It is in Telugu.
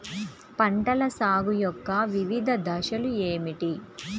పంటల సాగు యొక్క వివిధ దశలు ఏమిటి?